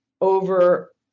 over